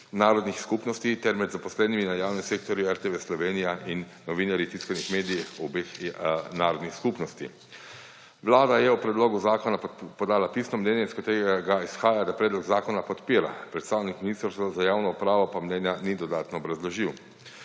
narodnih skupnosti, ter med zaposlenimi v javnem sektorju RTV Slovenija in novinarji v tiskanih medijih obeh narodnih skupnosti. Vlada je o predlogu zakona podala pisno mnenje, iz katerega izhaja, da predlog zakona podpira, predstavnik Ministrstva za javno upravo pa mnenja ni dodatno obrazložil.